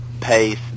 pace